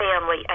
family